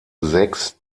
sechs